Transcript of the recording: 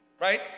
right